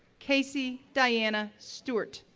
casey diana stewart,